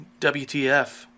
WTF